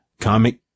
Comic